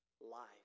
life